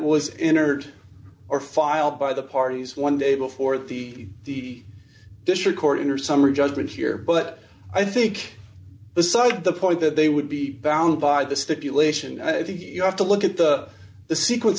was entered or filed by the parties one day before the the district court in or summary judgment here but i think beside the point that they would be bound by the stipulation i think you have to look at the the sequence